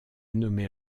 nommé